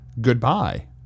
Goodbye